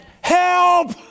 help